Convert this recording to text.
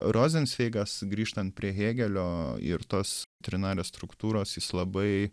rozencveigas grįžtan prie hėgelio ir tos trinarės struktūros jis labai